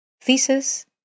thesis